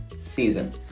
season